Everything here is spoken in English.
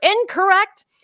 incorrect